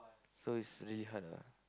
so is really hard ah